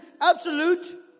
absolute